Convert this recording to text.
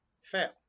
fail